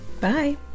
Bye